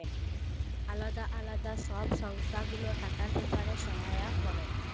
আলদা আলদা সব সংস্থা গুলা টাকার ব্যাপারে সহায়তা ক্যরে